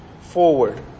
forward